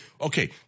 okay